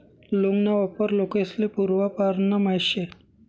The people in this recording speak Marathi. लौंग ना वापर लोकेस्ले पूर्वापारना माहित शे